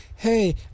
hey